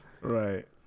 Right